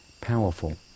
powerful